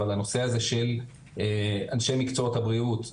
אבל הנושא הזה של אנשי מקצועות הבריאות והסיעוד,